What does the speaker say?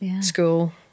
school